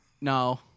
No